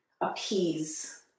appease